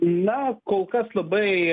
na kol kas labai